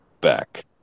back